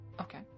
Okay